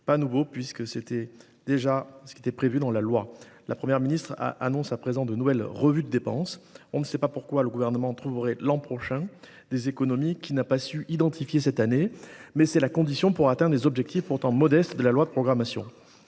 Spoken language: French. à fin 2024, ce qui était déjà prévu dans la loi. La Première ministre annonce à présent de nouvelles revues de dépenses : on ne sait pas pourquoi le Gouvernement trouverait l’an prochain des économies qu’il n’a pas su identifier cette année, mais c’est la condition pour atteindre les objectifs pourtant modestes de la loi de programmation…